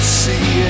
see